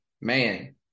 man